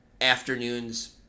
afternoons